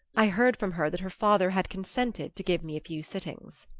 i heard from her that her father had consented to give me a few sittings.